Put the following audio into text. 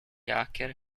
hacker